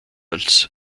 als